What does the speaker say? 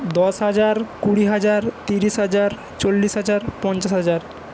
দশ হাজার কুড়ি হাজার তিরিশ হাজার চল্লিশ হাজার পঞ্চাশ হাজার